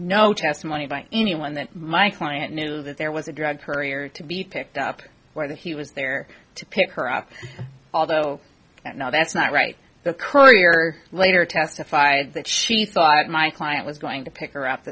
no testimony by anyone that my client knew that there was a drug courier to be picked up whether he was there to pick her up although i know that's not right the courier later testified that she thought my client was going to pick her up